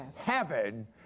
Heaven